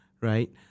right